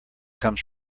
comes